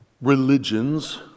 religions